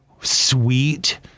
sweet